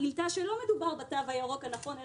גילתה שלא מדובר בתו הירוק הנכון,